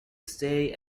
stay